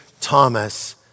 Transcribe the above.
Thomas